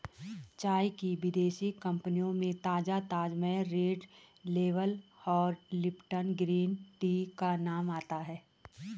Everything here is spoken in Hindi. चाय की विदेशी कंपनियों में ताजा ताजमहल रेड लेबल और लिपटन ग्रीन टी का नाम आता है